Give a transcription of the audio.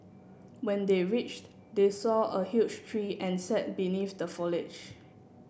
when they reached they saw a huge tree and sat beneath the foliage